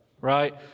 right